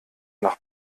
nach